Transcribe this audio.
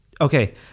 Okay